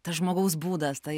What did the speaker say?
tas žmogaus būdas ta